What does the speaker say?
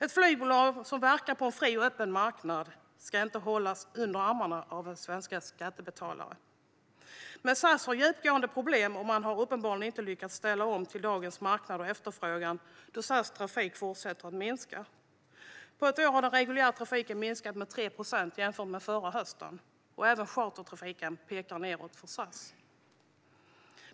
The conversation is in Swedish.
Ett flygbolag som verkar på en fri och öppen marknad ska inte hållas under armarna av svenska skattebetalare. Men SAS har djupgående problem, och man har uppenbarligen inte lyckats ställa om till dagens marknad och efterfrågan, eftersom SAS trafik fortsätter att minska. På ett år har den reguljära trafiken minskat med 3 procent jämfört med förra hösten, och även chartertrafiken pekar nedåt för SAS.